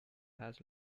has